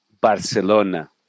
Barcelona